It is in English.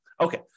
Okay